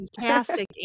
fantastic